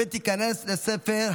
אין מתנגדים.